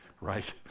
right